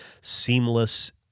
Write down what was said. seamless